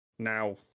Now